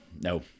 no